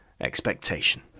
expectation